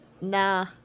nah